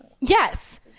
Yes